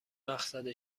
مقصد